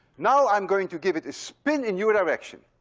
now i'm going to give it a spin in your direction